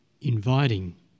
inviting